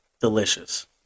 delicious